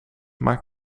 maar